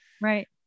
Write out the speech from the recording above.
Right